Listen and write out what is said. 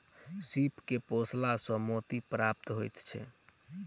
सीप के पोसला सॅ मोती प्राप्त होइत छै